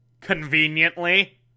Conveniently